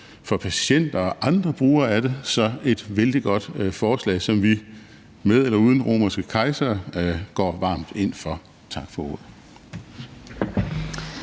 for patienter og andre brugere af det. Så det er et vældig godt forslag, som vi med eller uden romerske kejsere går varmt ind for. Tak for ordet.